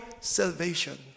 salvation